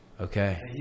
Okay